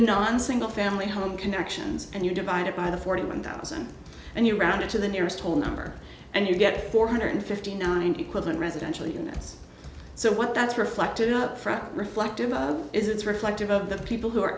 non single family home connections and you divide it by the forty one thousand and you rounded to the nearest whole number and you get four hundred fifty nine equivalent residential units so what that's reflected in upfront reflective is it's reflective of the people who are